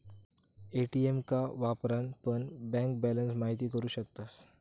ATM का वापरान पण बँक बॅलंस महिती करू शकतास